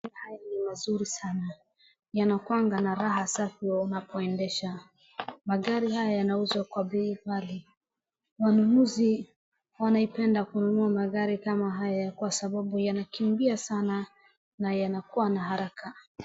Haya ni mazuri sana. Yanakuanga na raha sana unapoendesha. Magari haya yanauzwa kwa bei ghali. Wanunuzi wanaipenda kununua magari kama haya kwa sababu yanakimbia sana na yanakuwa na haraka.